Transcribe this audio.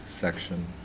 section